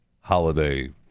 holiday